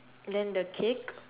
then the cake